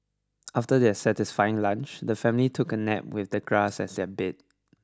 after their satisfying lunch the family took a nap with the grass as their bed